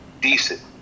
decent